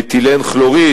מתילן כלוריד,